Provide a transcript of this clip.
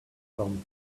from